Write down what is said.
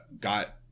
Got